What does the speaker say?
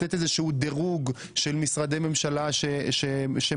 לתת איזה דירוג של משרדי ממשלה שמסייעים